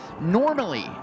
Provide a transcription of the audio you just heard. normally